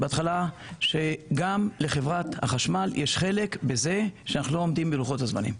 בכך שגם לחברת החשמל יש חלק בזה שאנחנו לא עומדים בלוחות הזמנים.